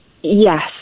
Yes